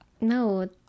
no